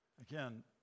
Again